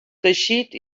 teixit